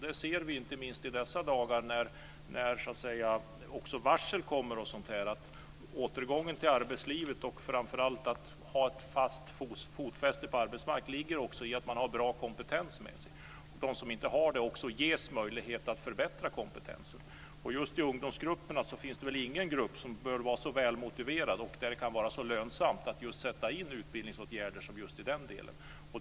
Det ser vi inte minst i dessa dagar när varsel och sådant kommer. Det handlar om återgången till arbetslivet och framför allt om att ha ett fotfäste på arbetsmarknaden. I det ligger också att man har en bra kompetens med sig. De som inte har det ska ges möjlighet att förbättra kompetensen. Det finns väl ingen grupp som bör vara så välmotiverad som ungdomsgruppen när det gäller att sätta in utbildningsåtgärder - och det kan väl inte vara mer lönsamt någon annanstans.